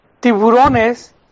Tiburones